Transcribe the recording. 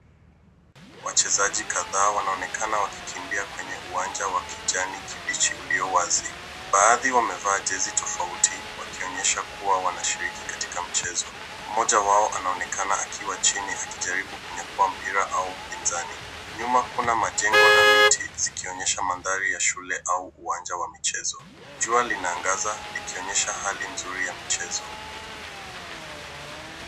Wachezaji kadhaa wanaonekana wakikimbia kwenye uwanja wa kijani kibichi ulio wazi. Baadhi wamevaa jezi tofauti wakionyesha kuwa wanashiriki katika mchezo. Mmoja wao anaonekana akiwa chini akijaribu kunyakua mpira au mpinzani. Nyuma, kuna majnego na miti zikionyesha mandhari ya shule au uwanja wa michezo. Jua linaangaza likionyesha hali nzuri ya michezo.